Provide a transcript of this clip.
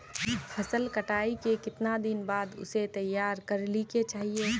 फसल कटाई के कीतना दिन बाद उसे तैयार कर ली के चाहिए?